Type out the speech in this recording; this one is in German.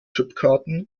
chipkarten